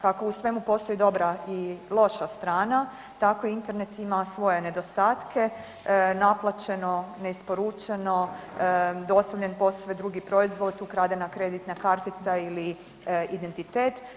Kako u svemu postoji dobra i loša strana tako Internet ima svoje nedostatke, naplaćeno, neisporučeno, dostavljen posve drugi proizvod, ukradena kreditna kartica ili identitet.